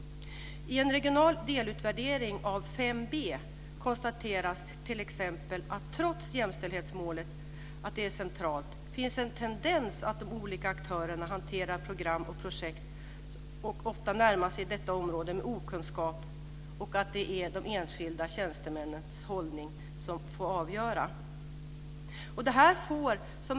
I en regional delutvärdering av mål 5b konstateras att trots att jämställdhetsmålet är centralt finns det en tendens att de olika aktörerna som hanterar program och projekt ofta närmar sig detta område med okunskap. Det är de enskilda tjänstemännens hållning som får avgöra.